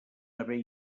haver